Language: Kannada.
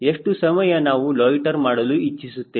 ಎಷ್ಟು ಸಮಯ ನಾವು ಲೊಯ್ಟ್ಟೆರ್ ಮಾಡಲು ಇಚ್ಚಿಸುತ್ತೇವೆ